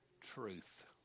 Truth